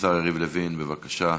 השר יריב לוין, בבקשה.